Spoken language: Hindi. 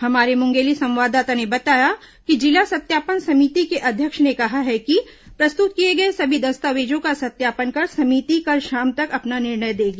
हमारे मुंगेली संवाददाता ने बताया है कि जिला सत्यापन समिति के अध्यक्ष ने कहा है कि प्रस्तुत किए गए सभी दस्तावेजों का सत्यापन कर समिति कल शाम तक अपना निर्णय देगी